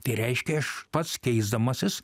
tai reiškia aš pats keisdamasis